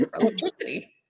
electricity